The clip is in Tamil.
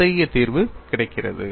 அத்தகைய தீர்வு கிடைக்கிறது